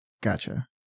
Gotcha